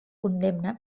condemna